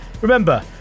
Remember